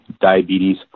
diabetes